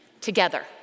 together